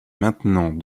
maintenant